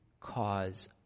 cause